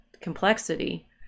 complexity